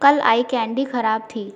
कल आई कैंडी खराब थी